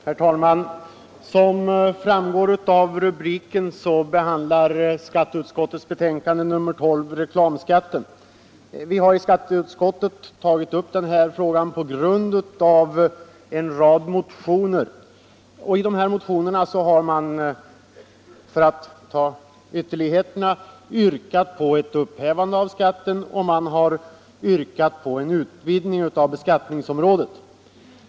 Herr talman! Som framgår av rubriken behandlar skatteutskottets betänkande nr 12 reklamskatten. Vi har i utskottet tagit upp frågan på grund av en rad motioner. I motionerna har — för att ta de båda ytterligheterna — yrkats på upphävande av skatten, och på en utvidgning av beskattningsområdet.